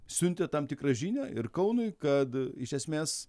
siuntė tam tikrą žinią ir kaunui kad iš esmės